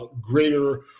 greater